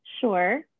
Sure